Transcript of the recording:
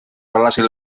lasai